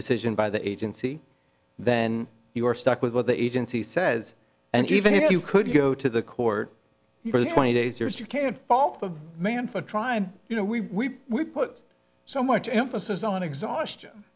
decision by the agency then you are stuck with what the agency says and even if you could go to the court for twenty days years you can't fault the man for trying you know we would put so much emphasis on exhaustion